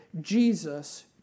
Jesus